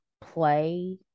play